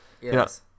yes